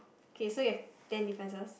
K so you have ten differences